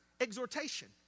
exhortation